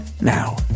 now